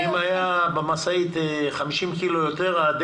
אם היו במשאית 50 קילוגרם יותר,